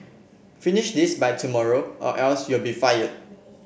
finish this by tomorrow or else you'll be fired